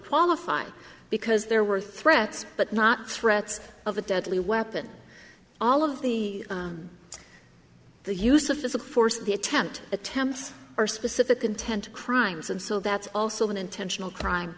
qualify because there were threats but not threats of a deadly weapon all of the the use of physical force in the attempt attempts or specific intent crimes and so that's also an intentional crime